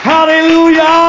Hallelujah